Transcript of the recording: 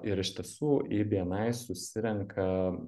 ir iš tiesų į bni susirenka